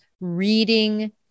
reading